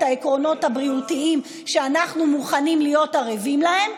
העקרונות הבריאותיים שאנחנו מוכנים להיות ערבים להם,